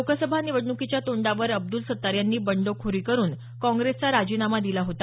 लोकसभा निवडणुकीच्या तोंडावर अब्दुल सत्तार यांनी बंडखोरी करून काँग्रेसचा राजीनामा दिला होता